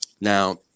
now